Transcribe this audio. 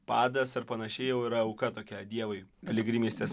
padas ar panašiai jau yra auka tokia dievui piligrimystės